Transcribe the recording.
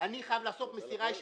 אני חייב לעשות מסירה אישית,